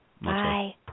Bye